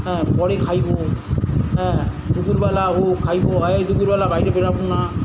হ্যাঁ পরে খাইব হ্যাঁ দুপুরবেলা ও খাইব অই দুপুরবেলা বাইরে বেড়ামু না